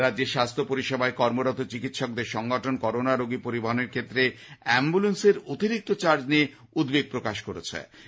রাজ্যের স্বাস্থ্য পরিষেবায় কর্মরত চিকিৎসকদের সংগঠন করোনা রোগী পরিবহনের ক্ষেত্রে অ্যাম্বলেন্সের অতিরিক্ত চার্জ নিয়ে উদ্বেগ প্রকাশ করেছে